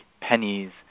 pennies